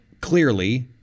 clearly